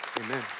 Amen